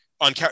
on